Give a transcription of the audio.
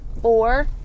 four